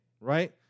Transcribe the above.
right